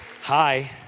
Hi